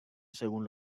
según